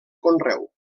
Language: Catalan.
conreu